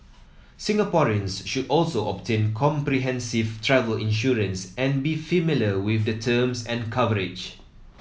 Singaporeans should also obtain comprehensive travel insurance and be familiar with the terms and coverage